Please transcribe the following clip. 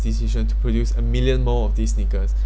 decision to produce a million more of these sneakers